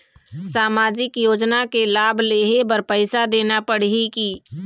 सामाजिक योजना के लाभ लेहे बर पैसा देना पड़ही की?